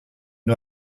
nur